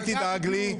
אל תדאג לי.